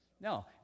No